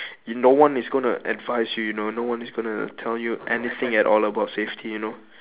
no one is going to advise you you know no one is going to tell you anything about safety at all you know